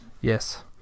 yes